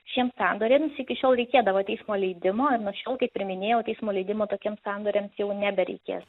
šiems sandoriams iki šiol reikėdavo teismo leidimo ir nuo šiol kaip ir minėjau teismo leidimo tokiems sandoriams jau nebereikės